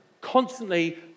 constantly